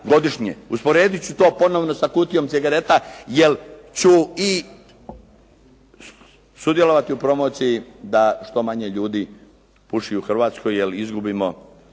Usporedit ću to ponovno sa kutijom cigareta jer ću i sudjelovati u promociji da što manje ljudi puši u Hrvatskoj jer izgubimo